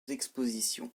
expositions